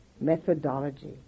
methodology